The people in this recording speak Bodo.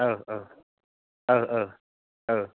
ओह ओह ओह ओह ओह